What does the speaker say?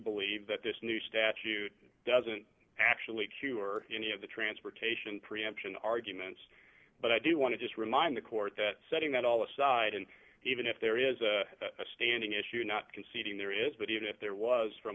believe that this new statute doesn't actually cure any of the transportation preemption arguments but i do want to just remind the court that setting that all aside and even if there is a standing issue not conceding there is but even if there was from